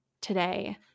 today